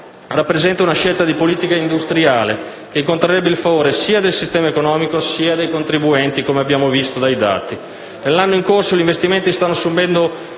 rappresenta una scelta di politica industriale che incontrerebbe il favore sia del sistema economico sia dei contribuenti (come abbiamo visto dai dati).